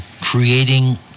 creating